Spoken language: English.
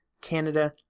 Canada